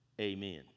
Amen